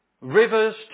Rivers